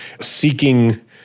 seeking